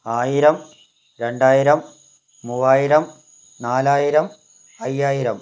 ആയിരം രണ്ടായിരം മൂവായിരം നാലായിരം അയ്യായിരം